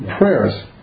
prayers